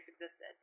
existed